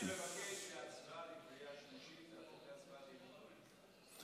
אני מבקש שההצבעה בקריאה שלישית תהפוך להצבעת אי-אמון בממשלה.